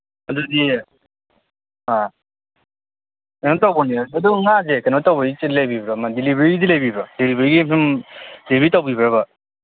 ꯑꯗꯨꯗꯤ ꯑꯥ ꯀꯩꯅꯣ ꯇꯧꯕꯅꯦ ꯑꯗꯨ ꯉꯥꯁꯦ ꯀꯩꯅꯣ ꯇꯧꯋꯦ ꯗꯤꯂꯤꯕꯔꯤꯗꯤ ꯂꯩꯕꯤꯕ꯭ꯔꯥ ꯗꯤꯂꯤꯕꯔꯤ ꯑꯗꯨꯝ ꯗꯤꯂꯤꯕꯔꯤ ꯇꯧꯕꯤꯕ꯭ꯔꯥꯕ